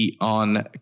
on